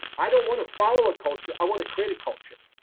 i don't want to follow a culture. i want to create a culture.